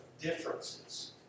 differences